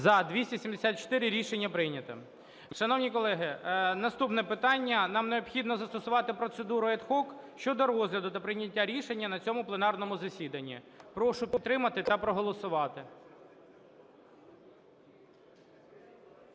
За-274 Рішення прийнято. Шановні колеги, наступне питання. Нам необхідно застосувати процедуру ad hoc щодо розгляду та прийняття рішення на цьому пленарному засіданні. Прошу підтримати та проголосувати.